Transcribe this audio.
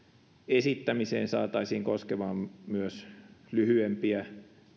esittämiseen saataisiin koskemaan myös lyhyempiä